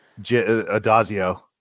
Adazio